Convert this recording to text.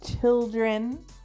children